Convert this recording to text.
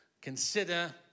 Consider